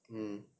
mm